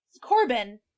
Corbin